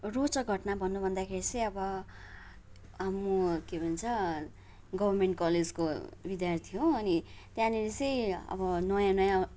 रोचक घटना भन्नु भन्दाखेरि चाहिँ अब म के भन्छ गर्मेन्ट कलेजको विद्यार्थी हो अनि त्यहाँनिर चाहिँ अब नयाँ नयाँ